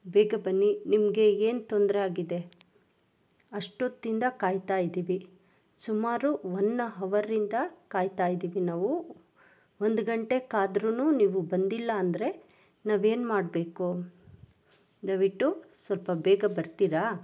ಬೇಗ ಬನ್ನಿ ನಿಮಗೆ ಏನು ತೊಂದರೆ ಆಗಿದೆ ಅಷ್ಟೊತ್ತಿಂದ ಕಾಯ್ತಾ ಇದ್ದೀವಿ ಸುಮಾರು ಒನ್ ಹವರಿಂದ ಕಾಯ್ತಾ ಇದ್ದೀವಿ ನಾವು ಒಂದು ಗಂಟೆ ಕಾದ್ರು ನೀವು ಬಂದಿಲ್ಲ ಅಂದರೆ ನಾವೇನು ಮಾಡಬೇಕು ದಯವಿಟ್ಟು ಸ್ವಲ್ಪ ಬೇಗ ಬರ್ತೀರಾ